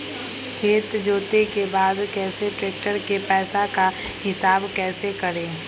खेत जोते के बाद कैसे ट्रैक्टर के पैसा का हिसाब कैसे करें?